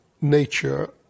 nature